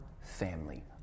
family